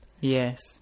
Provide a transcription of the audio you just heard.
Yes